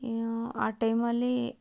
ಆ ಟೈಮಲ್ಲಿ